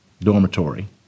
Dormitory